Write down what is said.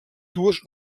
dues